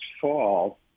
fall